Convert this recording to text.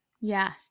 yes